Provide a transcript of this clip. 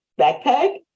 backpack